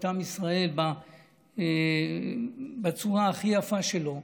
את עם ישראל בצורה הכי יפה שלו.